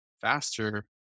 faster